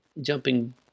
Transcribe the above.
Jumping